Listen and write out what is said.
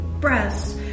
breasts